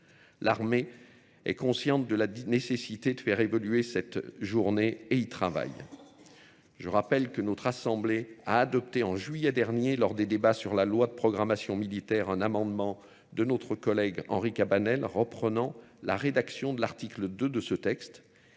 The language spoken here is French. L'armée est consciente de la nécessité de faire évoluer cette journée et y travaille. Je rappelle que notre assemblée a adopté en juillet dernier, lors des débats sur la loi de programmation militaire, un amendement de notre collègue Henri Cabanel reprenant la rédaction de l'article 2 de ce texte.